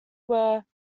were